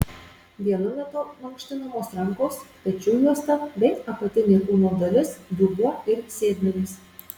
vienu metu mankštinamos rankos pečių juosta bei apatinė kūno dalis dubuo ir sėdmenys